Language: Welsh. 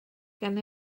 gan